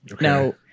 Now